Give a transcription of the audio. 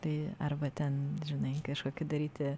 tai arba ten žinai kažkokį daryti